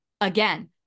Again